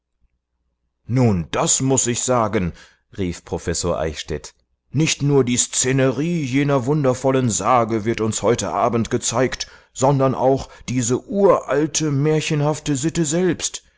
nun das muß ich sagen rief professor eichstädt nicht nur die szenerie jener wundervollen sage wird uns heute abend gezeigt sondern auch diese uralte märchenhafte sitte selbst